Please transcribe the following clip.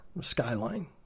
Skyline